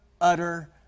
utter